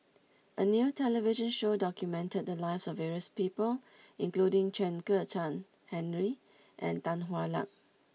a new television show documented the lives of various people including Chen Kezhan Henri and Tan Hwa Luck